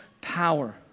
power